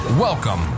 Welcome